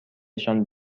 نشان